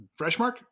Freshmark